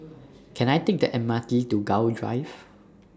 Can I Take The MRT to Gul Drive